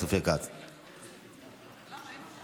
אין מתנגדים,